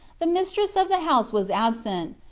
the mistress of the house was absent,